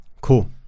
Cool